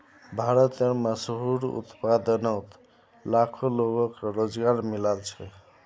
भारतेर मशहूर उत्पादनोत लाखों लोगोक रोज़गार मिलाल छे